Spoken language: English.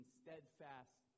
steadfast